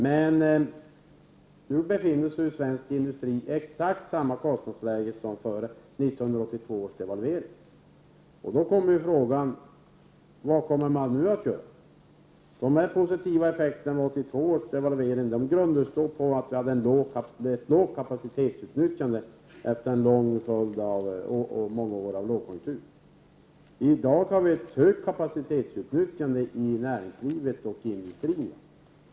Men nu befinner sig svensk industri i samma kostnadsläge som före 1982 års devalvering. Då kommer frågan: Vad kommer man nu att göra? De positiva effekterna av 1982 års devalvering grundade sig på att vi då hade ett lågt kapacitetsutnyttjande efter många års lågkonjunktur. I dag har vi ett högt kapacitetsutnyttjande i näringslivet och i industrin.